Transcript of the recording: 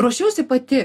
ruošiausi pati